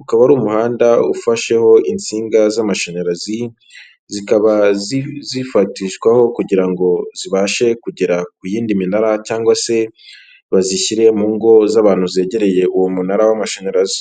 ukaba ari umuhanda ufasheho insinga z'amashanyarazi, zikaba zifatishwaho kugira ngo zibashe kugera ku yindi minara cyangwa se bazishyire mu ngo z'abantu zegereye uwo munara w'amashanyarazi.